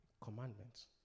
Commandments